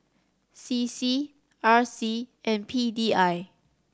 C C R C and P D I